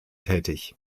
tätig